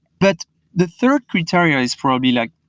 but the third criteria is probably like,